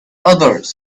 others